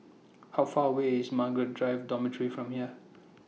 How Far away IS Margaret Drive Dormitory from here